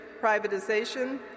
privatization